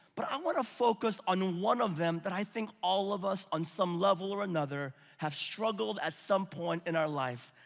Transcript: but i want ah focus on one of them that but i think all of us on some level or another have struggled at some point in our life,